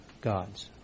God's